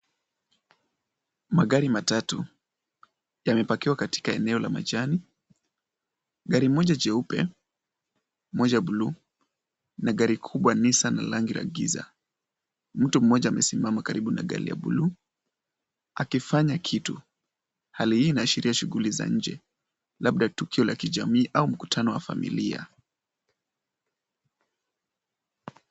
Magari matatu yamepakiwa katika eneo la majani, gari moja jeupe, moja bluu na gari kubwa Nissan la rangi ya giza. Mtu mmoja amesimama karibu na gari la bluu akifanya kitu. Hali hii inaashiria shughuli za nnje labda tukio la kijamii au mkutano wa familia.